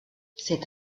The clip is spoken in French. cette